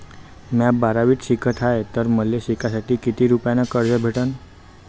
म्या बारावीत शिकत हाय तर मले शिकासाठी किती रुपयान कर्ज भेटन?